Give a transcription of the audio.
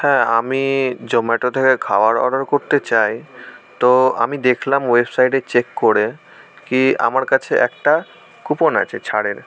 হ্যাঁ আমি জোম্যাটো থেকে খাবার অর্ডার করতে চাই তো আমি দেখলাম ওয়েবসাইটে চেক করে কি আমার কাছে একটা কুপন আছে ছাড়ের